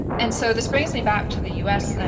and and so, this brings me back to the u s. and